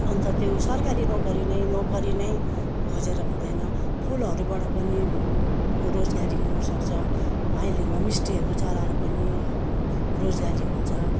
अन्त त्यो सरकारी नोकरी नै नोकरी नै खोजेर हुँदैन फुलहरूबाट पनि रोजगारी गर्नु सक्छ अहिले होमस्टेहरू चलाएर पनि अब रोजगारी हुन्छ